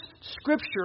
scripture